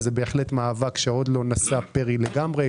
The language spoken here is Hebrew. זה בהחלט מאבק שעוד לא נשא פרי לגמרי,